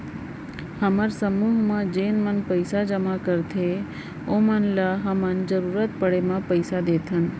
हमर समूह म जेन मन पइसा जमा करथे ओमन ल हमन जरूरत पड़े म पइसा देथन